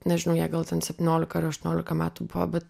nežinau jai gal ten septyniolika ar aštuoniolika metų buvo bet